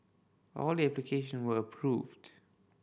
all application were approved